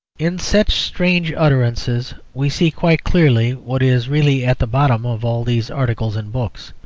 in such strange utterances we see quite clearly what is really at the bottom of all these articles and books.